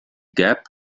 gap